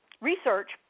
research